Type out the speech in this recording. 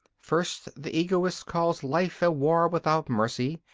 first, the egoist calls life a war without mercy,